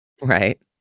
Right